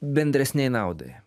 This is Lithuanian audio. bendresnei naudai